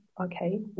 okay